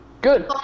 Good